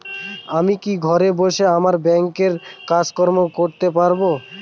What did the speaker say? আমি কি ঘরে বসে আমার ব্যাংকের কাজকর্ম করতে পারব?